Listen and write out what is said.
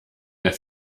der